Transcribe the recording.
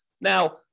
Now